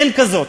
אין כזאת.